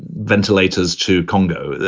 ventilators to congo.